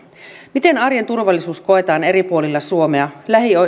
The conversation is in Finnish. miten arjen turvallisuus koetaan eri puolilla suomea